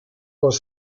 was